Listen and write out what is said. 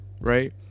right